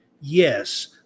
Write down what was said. Yes